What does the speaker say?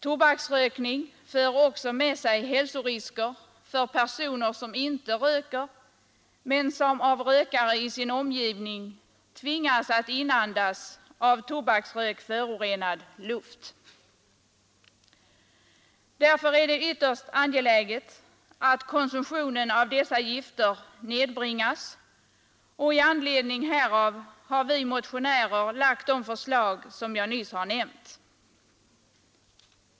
Tobaksrökning för också med sig hälsorisker för personer som inte röker men som av rökare i sin omgivning tvingas att inandas av tobaksrök förorenad luft. Därför är det ytterst angeläget att konsumtionen av dessa gifter nedbringas, och i anledning härav har vi motionärer lagt fram de förslag som jag nyss nämnt.